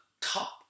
top